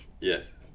Yes